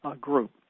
group